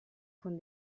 con